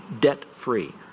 debt-free